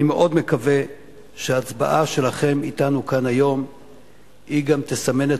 אני מאוד מקווה שההצבעה שלכם אתנו כאן היום תסמן את